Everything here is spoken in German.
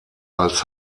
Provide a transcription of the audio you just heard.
als